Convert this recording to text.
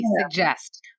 suggest